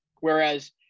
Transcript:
Whereas